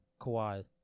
Kawhi